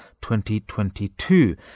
2022